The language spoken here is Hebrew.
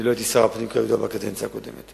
אני לא הייתי שר הפנים בקדנציה הקודמת.